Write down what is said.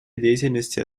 деятельности